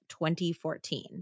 2014